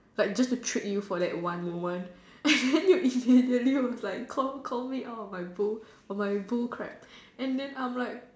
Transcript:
like just to trick you for that one moment and you immediately was like call call me out on my bull on my bull crap and then I'm like